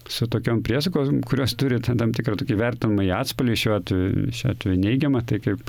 su tokiom priesagom kurios turi tam tikrą tokį vertinamąjį atspalvį šiuo atveju šiuo atveju neigiamą tai kaip